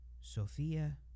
Sophia